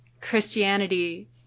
christianity